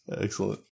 Excellent